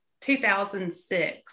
2006